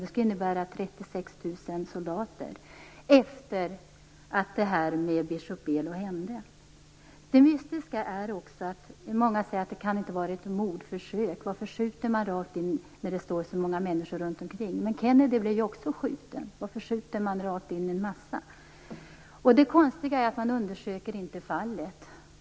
Det skulle innebära 36 000 soldater, som har kommit till Östtimor efter det att händelsen med biskop Belo inträffade. Det mystiska är att många säger att det inte kan vara något mordförsök. Varför skjuter man rakt in när det står så många människor runt omkring? Men Kennedy blev också skjuten. Varför skjuter man rakt in i en massa? Det konstiga är att man inte undersöker fallet.